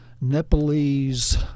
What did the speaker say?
Nepalese